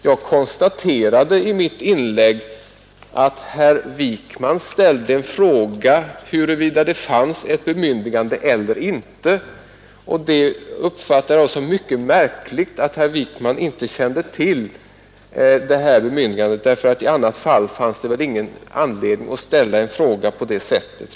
Jag konstaterade i mitt inlägg att herr Wijkman ställde frågan huruvida det fanns något bemyndigande eller inte, och jag uppfattar det som mycket märkligt att herr Wijkman inte kände till detta bemyndigande, ty i annat fall fanns det väl ingen anledning att ställa en fråga på det sättet.